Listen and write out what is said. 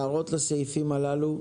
הערות לסעיפים הללו?